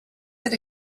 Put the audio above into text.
that